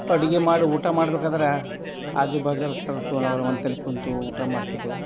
ಅಡುಗೆ ಮಾಡಿ ಊಟ ಮಾಡ್ಬೇಕಾದ್ರೆ ಆಜು ಬಾಜ್ದರ್ ಕರೆದು ನಾವೆಲ್ಲ ಒಂತೆಲ್ ಕೂತು ಊಟ ಮಾಡ್ತಿದ್ದೆವು